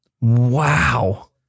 Wow